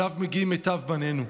שאליו מגיעים מיטב בנינו,